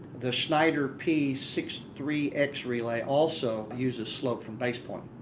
the schneider p six three x relay also uses slope from base point.